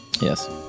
Yes